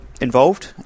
involved